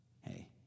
hey